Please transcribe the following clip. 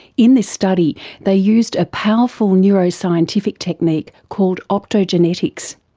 in this study they used a powerful neuroscientific technique called optogenetics.